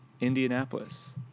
Indianapolis